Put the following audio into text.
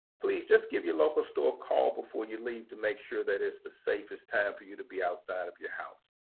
please just give your local store a call before you leave to make sure that it's the safest time for you to be outside of your house.